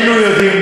דב, שנינו יודעים